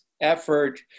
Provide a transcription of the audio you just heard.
effort